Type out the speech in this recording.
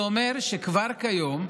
זה אומר שכבר כיום,